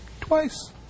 Twice